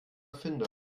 erfinder